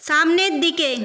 সামনের দিকে